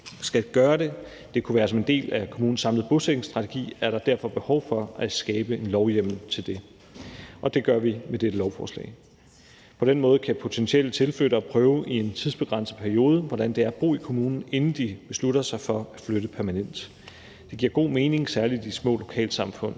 for at gøre det – det kunne være som en del af kommunens samlede bosætningsstrategi – er der behov for at skabe en lovhjemmel til det. Det gør vi med dette lovforslag. På den måde kan potentielle tilflyttere prøve i en tidsbegrænset periode, hvordan det er at bo i kommunen, inden de beslutter sig for at flytte permanent. Det giver god mening, særlig i de små lokalsamfund.